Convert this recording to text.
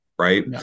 Right